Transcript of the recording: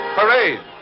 parade